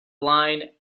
line